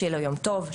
שיהיה לו יום טוב,